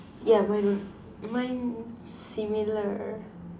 yeah mine als~ mine similar